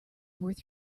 worth